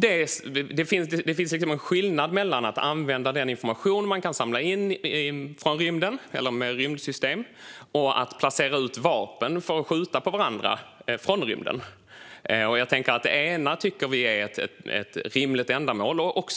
Det finns en skillnad mellan att använda den information man kan samla in från rymden eller med rymdsystem och att placera ut vapen för att skjuta på varandra från rymden. Jag tänker: Det ena tycker vi är ett rimligt ändamål och,